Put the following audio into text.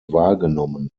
wahrgenommen